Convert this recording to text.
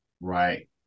right